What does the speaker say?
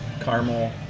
caramel